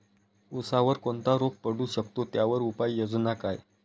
ऊसावर कोणता रोग पडू शकतो, त्यावर उपाययोजना काय?